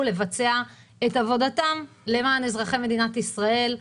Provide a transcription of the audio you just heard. לבצע את עבודתם למען אזרחי מדינת ישראל,